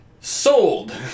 sold